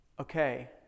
okay